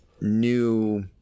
new